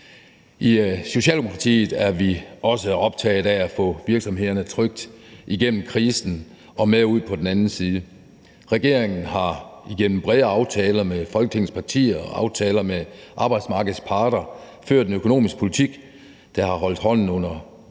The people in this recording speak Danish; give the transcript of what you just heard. I Socialdemokratiet er vi også optaget af at få virksomhederne trygt igennem krisen og med ud på den anden side. Regeringen har igennem brede aftaler med Folketingets partier og aftaler med arbejdsmarkedets parter ført en økonomisk politik, der har holdt hånden under